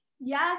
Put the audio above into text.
Yes